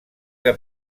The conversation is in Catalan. que